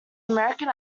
american